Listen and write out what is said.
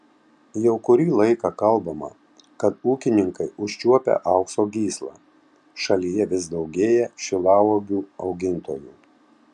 jau kurį laiką kalbama kad ūkininkai užčiuopę aukso gyslą šalyje vis daugėja šilauogių augintojų